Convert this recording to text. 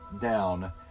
down